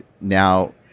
now